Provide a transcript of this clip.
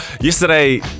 Yesterday